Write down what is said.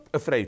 afraid